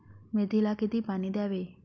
मेथीला किती पाणी द्यावे?